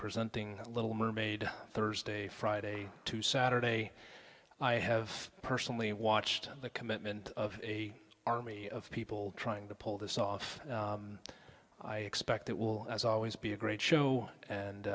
presenting little mermaid thursday friday to saturday i have personally watched the commitment of a army of people trying to pull this off i expect it will as always be a great show